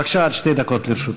בבקשה, עד שתי דקות לרשותך.